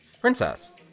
Princess